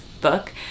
book